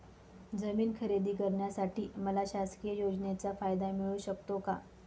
जमीन खरेदी करण्यासाठी मला शासकीय योजनेचा फायदा मिळू शकतो का?